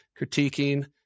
critiquing